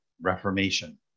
reformation